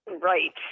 Right